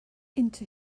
into